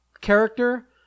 character